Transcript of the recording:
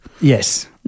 Yes